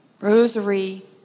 Rosary